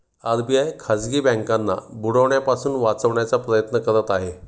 RBI खाजगी बँकांना बुडण्यापासून वाचवण्याचा प्रयत्न करत आहे